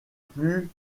plus